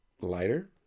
lighter